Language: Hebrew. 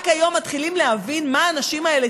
רק היום מתחילים להבין מה האנשים האלה,